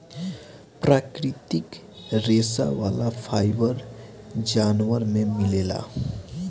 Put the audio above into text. प्राकृतिक रेशा वाला फाइबर जानवर में मिलेला